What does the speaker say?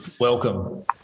Welcome